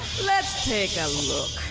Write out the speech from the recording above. let's take a look.